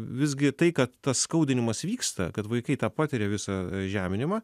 visgi tai kad tas skaudinimas vyksta kad vaikai tą patiria visą žeminimą